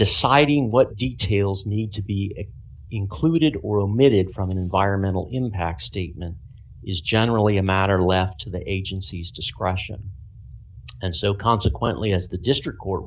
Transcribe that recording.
deciding what details need to be included or omitted from an environmental impact statement is generally a matter left to the agency's discretion and so consequently as the district